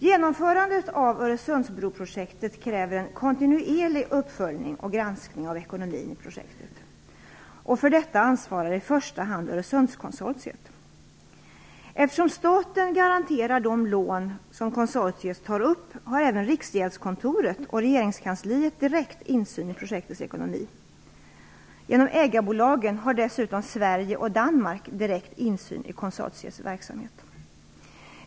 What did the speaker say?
Genomförandet av Öresundsbroprojektet kräver en kontinuerlig uppföljning och granskning av ekonomin i projektet. För detta ansvarar i första hand Öresundskonsortiet. Eftersom staten garanterar de lån som konsortiet tar upp har även Riksgäldskontoret och regeringskansliet direkt insyn i projektets ekonomi. Genom ägarbolagen har dessutom Sverige och Danmark direkt insyn i konsortiets verksamhet.